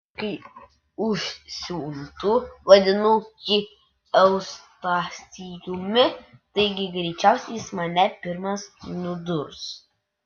kai užsiuntu vadinu jį eustachijumi taigi greičiausiai jis mane pirmas nudurs